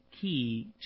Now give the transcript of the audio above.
key